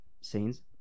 Scenes